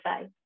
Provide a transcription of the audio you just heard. say